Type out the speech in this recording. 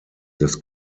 des